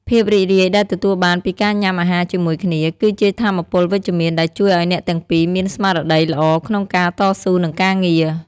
ភាពរីករាយដែលទទួលបានពីការញ៉ាំអាហារជាមួយគ្នា គឺជាថាមពលវិជ្ជមានដែលជួយឱ្យអ្នកទាំងពីរមានស្មារតីល្អក្នុងការតស៊ូនឹងការងារ។